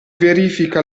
verifica